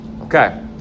Okay